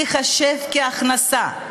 תיחשב כהכנסה.